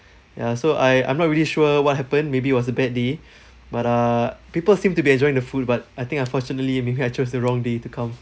ya so I I'm not really sure what happened maybe was a bad day but uh people seemed to be enjoying the food but I think unfortunately maybe I chose the wrong day to come